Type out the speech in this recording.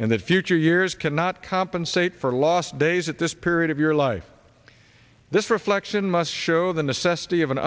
and that future years cannot compensate for lost days at this period of your life this reflection must show the necessity of an